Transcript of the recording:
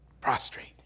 prostrate